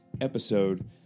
episode